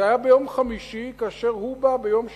זה היה ביום חמישי, והוא בא ביום שני,